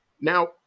Now